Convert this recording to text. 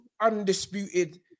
undisputed